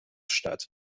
statt